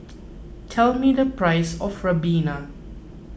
tell me the price of Ribena